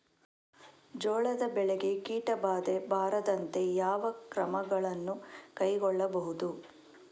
ಜೋಳದ ಬೆಳೆಗೆ ಕೀಟಬಾಧೆ ಬಾರದಂತೆ ಯಾವ ಕ್ರಮಗಳನ್ನು ಕೈಗೊಳ್ಳಬಹುದು?